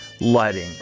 Lighting